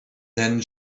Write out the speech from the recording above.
than